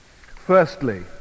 Firstly